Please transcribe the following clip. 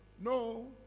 No